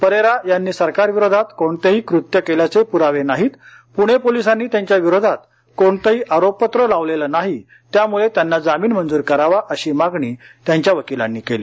परेरा यांनी सरकारविरोधात कोणतेही कृत्य केल्याचे पुरावे नाहीत पुणे पोलिसांनी त्यांच्या विरोधात कोणतंही आरोपपत्र लावलेलं नाही त्यामुळे त्यांना जामीन मंजूर करावा अशी मागणी वकिलांनी केली